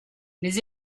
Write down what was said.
les